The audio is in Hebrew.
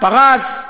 פרס,